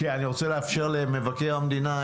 אני רוצה לאפשר למבקר המדינה.